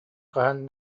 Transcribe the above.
хаһан